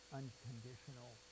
unconditional